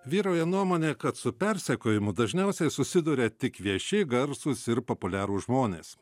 vyrauja nuomonė kad su persekiojimu dažniausiai susiduria tik vieši garsūs ir populiarūs žmonės